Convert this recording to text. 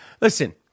listen